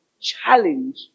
challenge